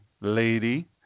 lady